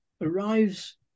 arrives